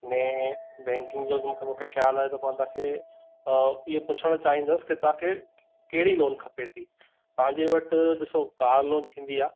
ने बैंकींग जो त मूंखे मूंखे ख्यालु आहे त मां तव्हांखे इहो पुछण चाहींदसि त तव्हांखे कहिड़ी लोन खपे थी पंहिंजे वटि ॾिसो कार लोन थींदी आहे